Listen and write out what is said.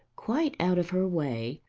quite out of her way,